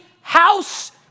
house